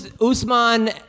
Usman